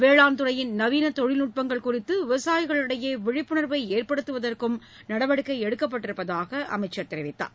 வேளாண் துறையின் நவீன தொழில்நுட்பங்கள் குறித்து விவசாயிகளிடையே விழிப்புணர்வை ஏற்படுத்துவதற்கும் நடவடிக்கை எடுக்கப்பட்டிருப்பதாக அவர் தெரிவித்தார்